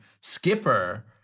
Skipper